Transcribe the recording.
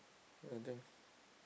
nothing